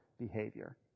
behavior